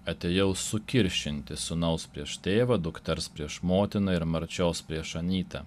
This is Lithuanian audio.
atėjau sukiršinti sūnaus prieš tėvą dukters prieš motiną ir marčios prieš anytą